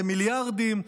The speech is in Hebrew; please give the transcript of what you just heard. במיליארדים,